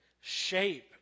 shape